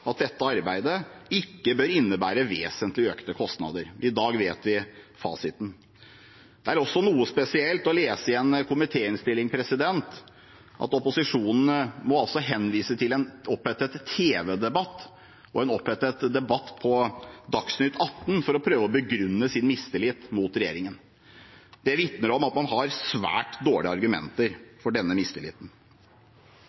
at dette arbeidet «ikke bør innebære vesentlig økte kostnader». I dag har vi fasiten. Det er også noe spesielt å lese i en komitéinnstilling at opposisjonen må henvise til en opphetet debatt på Dagsnytt atten for å prøve å begrunne sin mistillit mot regjeringen. Det vitner om at man har svært dårlige argumenter